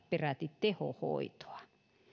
peräti yhdeksänkymmentäkuusituhatta tehohoitoa